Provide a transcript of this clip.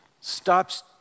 stops